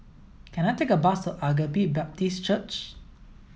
can I take a bus Agape Baptist Church